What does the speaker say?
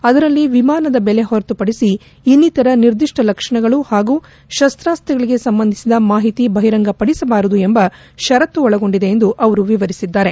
ಅದರಲ್ಲಿ ವಿಮಾನದ ಬೆಲೆ ಹೊರತುಪಡಿಸಿ ಇನ್ನಿತರ ನಿರ್ದಿಷ್ಲ ಲಕ್ಷಣಗಳು ಹಾಗೂ ಶಸ್ತಾಸ್ತಗಳಿಗೆ ಸಂಬಂಧಿಸಿದ ಮಾಹಿತಿ ಬಹಿರಂಗಪಡಿಸಬಾರದು ಎಂಬ ಪರತ್ತು ಒಳಗೊಂಡಿದೆ ಎಂದು ಅವರು ವಿವರಿಸಿದ್ದಾರೆ